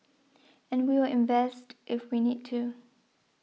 and we will invest if we need to